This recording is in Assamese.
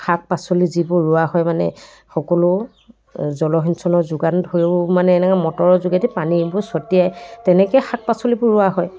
শাক পাচলি যিবোৰ ৰোৱা হয় মানে সকলো জলসিঞ্চনৰ যোগান ধৰিও মানে এনেকৈ মটৰৰ যোগেদি পানীবোৰ ছটিয়াই তেনেকেই শাক পাচলিবোৰ ৰোৱা হয়